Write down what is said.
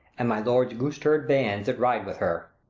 and my lord's goose-turd bands, that ride with her!